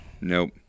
Nope